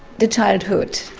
the childhood,